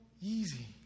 easy